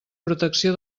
protecció